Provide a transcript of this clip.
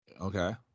Okay